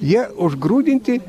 jie užgrūdinti